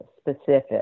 specific